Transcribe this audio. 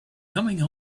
coming